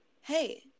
hey